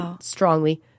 strongly